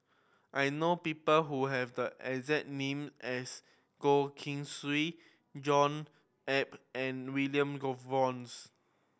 I know people who have the exact name as Goh Keng Swee John Eber and William